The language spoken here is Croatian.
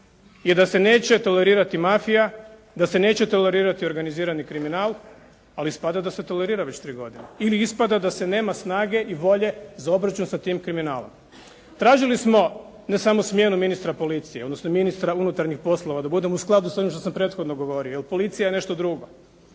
i da se neće tolerirati mafija, da se neće tolerirati organizirani kriminal, ali ispada da se tolerira već tri godine ili ispada da se nema snage i volje za obračun sa tim kriminalom. Tražili smo, ne samo smjenu ministra policije, odnosno ministra unutarnjih poslova, da budem u skladu sa onim što sam prethodno govorio jer policija je nešto drugo.